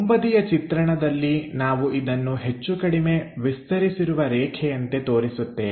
ಮುಂಬದಿಯ ಚಿತ್ರಣದಲ್ಲಿ ನಾವು ಇದನ್ನು ಹೆಚ್ಚುಕಡಿಮೆ ವಿಸ್ತರಿಸಿರುವ ರೇಖೆಯಂತೆ ತೋರಿಸುತ್ತೇವೆ